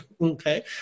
Okay